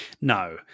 No